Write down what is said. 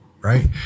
right